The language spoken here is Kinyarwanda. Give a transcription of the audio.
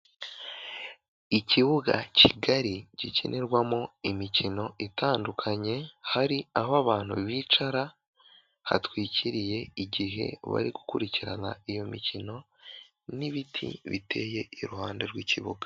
Ikibuga kigari gikinirwamo imikino itandukanye, hari aho abantu bicara hatwikiriye igihe bari gukurikirana iyo mikino n'ibiti biteye iruhande rw'ikibuga.